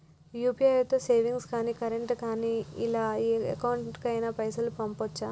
UPI తో savings గాని current గాని ఇలా ఏ అకౌంట్ కైనా పైసల్ పంపొచ్చా?